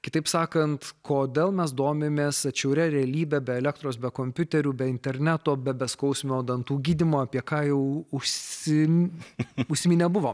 kitaip sakant kodėl mes domimės atšiauria realybe be elektros be kompiuterių be interneto be beskausmio dantų gydymo apie ką jau usi užsiminę buvom